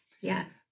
yes